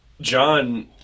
John